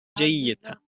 جيدة